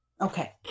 Okay